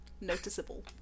noticeable